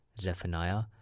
Zephaniah